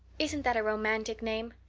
isn't that a romantic name?